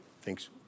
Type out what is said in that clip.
thanks